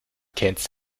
kennst